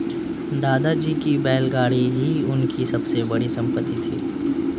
दादाजी की बैलगाड़ी ही उनकी सबसे बड़ी संपत्ति थी